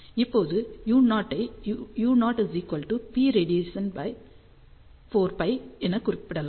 இப்போது U0 ஐ U0 Prad4 π என குறிப்பிடலாம்